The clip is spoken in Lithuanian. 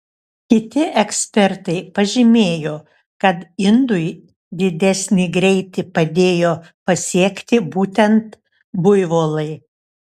kiti ekspertai pažymėjo kad indui didesnį greitį padėjo pasiekti būtent buivolai